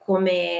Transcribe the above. Come